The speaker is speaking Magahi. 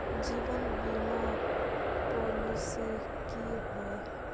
जीवन बीमा पॉलिसी की होय?